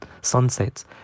sunsets